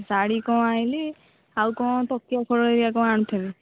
ଶାଢ଼ୀ କ'ଣ ଆଣିଲି ଆଉ କ'ଣ ତକିଆ ଖୋଳ ହେରିକା କ'ଣ ଆଣିଥିବେ